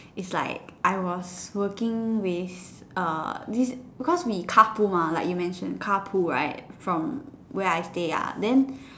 it's like I was working with uh this because we carpool mah like you mention carpool right from where I stay ya then